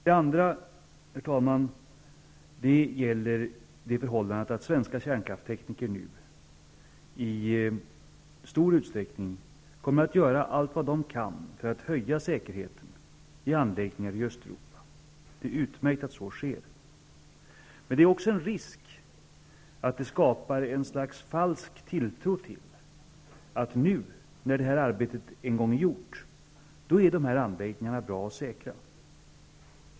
En annan fråga, herr talman, är det förhållandet att svenska kärnkraftstekniker nu i stor utsträckning kommer att göra vad de kan för att höja säkerheten i anläggningar i Östeuropa. Det är utmärkt att så sker, men det är också en risk att det skapar ett slags falsk tilltro till att när det här arbetet en gång är gjort, är anläggningarna säkra och bra.